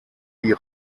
die